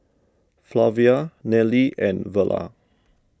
Flavia Nelly and Verla